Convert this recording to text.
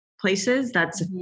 places—that's